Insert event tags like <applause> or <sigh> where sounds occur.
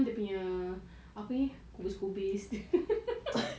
dia punya apa ni kobis-kobis <laughs>